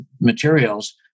materials